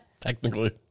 technically